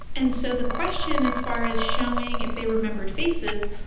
and so the question as far as showing if they remembered faces,